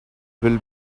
will